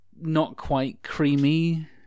not-quite-creamy